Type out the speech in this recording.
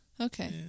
Okay